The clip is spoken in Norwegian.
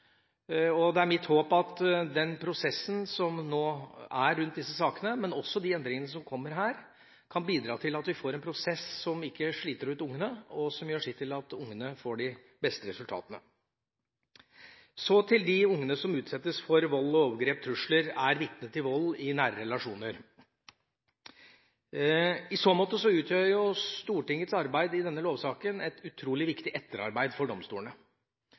Det er mitt håp at den prosessen som nå er rundt disse sakene, og de endringene som kommer her, kan bidra til at vi får en prosess som ikke sliter ut barna, men som gjør sitt til at det blir det beste resultatet for barna. Så til de barna som utsettes for vold, overgrep og trusler, og er vitne til vold i nære relasjoner. I så måte blir Stortingets arbeid i denne lovsaken et utrolig viktig grunnlag for domstolene